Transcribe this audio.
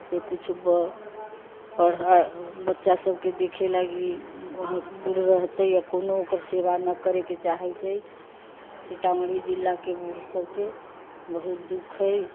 से किछु पढ़ा बच्चा सभके देखै लागि रहतै आओर कोनो ओकर सेवा करैके नहि चाहैत छै सीतामढ़ी जिलाके बूढ़ सभकेँ बहुत दुःख हइ